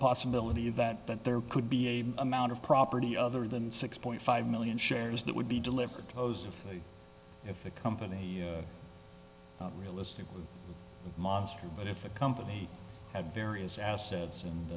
possibility that that there could be a amount of property other than six point five million shares that would be delivered to those if the company realistic monster but if a company had various assets and